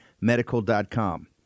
medical.com